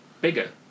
bigger